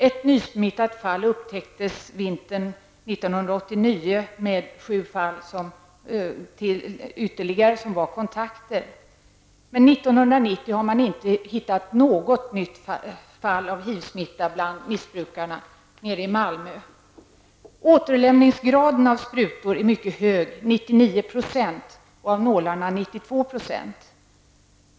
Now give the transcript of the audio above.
Ett nysmittat fall upptäcktes vintern 1989, liksom ytterligare sju fall som var kontakter. Men 1990 har man inte hittat något nytt fall av HIV-smitta bland missbrukarna nere i Malmö. Återlämningsgraden när det gäller sprutor är mycket hög, 99 %, och nålar 92 %.